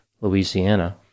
Louisiana